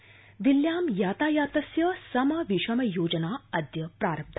सम विषम दिल्ल्यां यातायातस्य सम विषम योजना अद्य प्रारब्ध